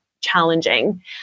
challenging